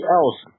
else